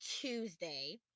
Tuesday